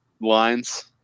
lines